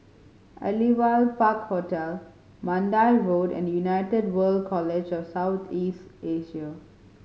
Aliwal Park Hotel Mandai Road and United World College of South East Asia